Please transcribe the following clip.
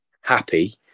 happy